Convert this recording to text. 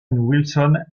wilson